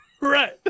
Right